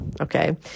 Okay